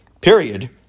Period